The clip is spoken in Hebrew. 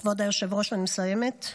כבוד היושב-ראש, אני מסיימת.